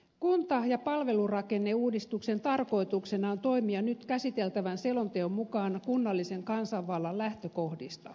kunta ja palvelurakenneuudistuksen tarkoituksena on toimia nyt käsiteltävän selonteon mukaan kunnallisen kansanvallan lähtökohdista